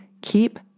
keep